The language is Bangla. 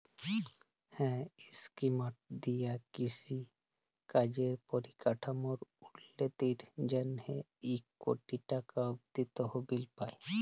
হাঁ ইস্কিমট দিঁয়ে কিষি কাজের পরিকাঠামোর উল্ল্যতির জ্যনহে ইক কটি টাকা অব্দি তহবিল পায়